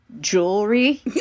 jewelry